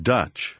Dutch